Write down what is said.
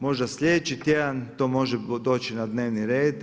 Možda sljedeći tjedan to može doći na dnevni red.